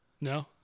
No